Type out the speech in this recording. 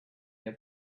i’ve